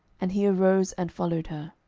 and he arose, and followed her.